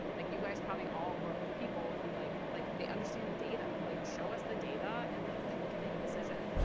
like you guys probably all work with people who, like like they understand data. like, show us the data and like then we can make a decision.